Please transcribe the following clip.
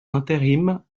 intérim